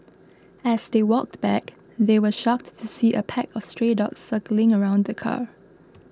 as they walked back they were shocked to see a pack of stray dogs circling around the car